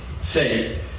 say